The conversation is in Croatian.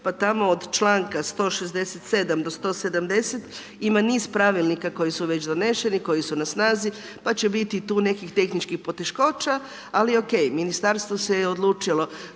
pa tamo od čl. 167. do 170. ima niz pravilnika koji su već doneseni, koji su na snazi, pa će biti tu nekih tehničkih poteškoća, ali ok, ministarstvo se odlučilo